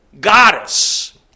goddess